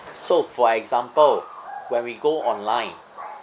so for example when we go online